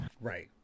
Right